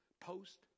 post